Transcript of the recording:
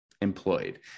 Employed